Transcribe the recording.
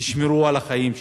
תשמרו על החיים שלכם.